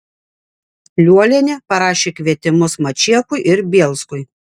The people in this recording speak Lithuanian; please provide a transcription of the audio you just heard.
liuolienė parašė kvietimus mačiekui ir bielskui